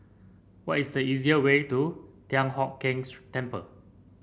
what is the easiest way to Thian Hock Keng Temple